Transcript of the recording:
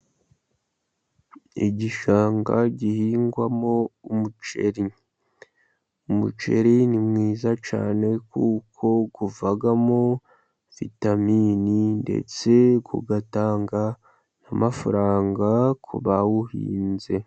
Igishanga gihingwamo umuceri. Umuceri ni mwiza cyane, kuko uvamo vitamini, ndetse ugatanga n'amafaranga ku bawuhinze.